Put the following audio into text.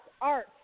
art